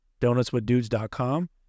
DonutsWithDudes.com